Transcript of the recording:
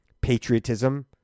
patriotism